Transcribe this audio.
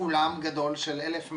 אולם גדול של 1,000 מטר.